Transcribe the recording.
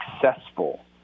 successful